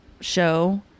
show